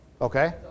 Okay